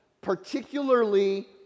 particularly